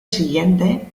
siguiente